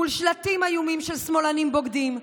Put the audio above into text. מול שלטים איומים של "שמאלנים בוגדים",